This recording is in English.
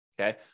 okay